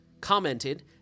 commented